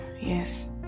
Yes